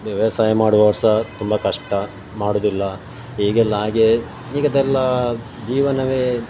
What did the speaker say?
ವ್ಯವಸಾಯ ಮಾಡುವವರು ಸಹ ತುಂಬ ಕಷ್ಟ ಮಾಡುವುದಿಲ್ಲ ಈಗೆಲ್ಲ ಹಾಗೆ ಈಗಿಂದೆಲ್ಲ ಜೀವನವೇ